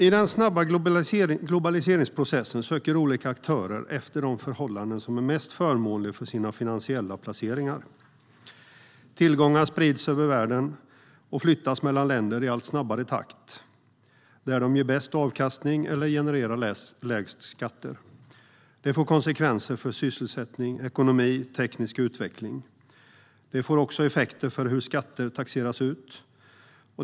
I den snabba globaliseringsprocessen söker olika aktörer efter de förhållanden som är mest förmånliga för sina finansiella placeringar. Tillgångar sprids över världen och flyttas mellan länder i allt snabbare takt till där de ger bäst avkastning eller genererar lägst skatter. Det får konsekvenser för sysselsättning, ekonomi och teknisk utveckling. Det får också effekter för hur skatter taxeras ut.